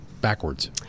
backwards